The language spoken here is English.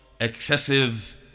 excessive